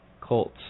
Colts